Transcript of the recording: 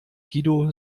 guido